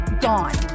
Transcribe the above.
gone